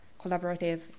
collaborative